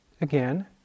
again